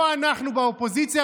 לא אנחנו באופוזיציה,